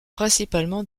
principalement